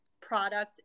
product